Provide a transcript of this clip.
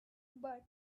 but